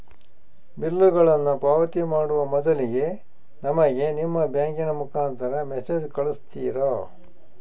ಬಿಲ್ಲುಗಳನ್ನ ಪಾವತಿ ಮಾಡುವ ಮೊದಲಿಗೆ ನಮಗೆ ನಿಮ್ಮ ಬ್ಯಾಂಕಿನ ಮುಖಾಂತರ ಮೆಸೇಜ್ ಕಳಿಸ್ತಿರಾ?